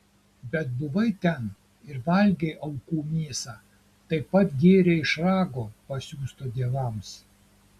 bet buvai ten ir valgei aukų mėsą taip pat gėrei iš rago pasiųsto dievams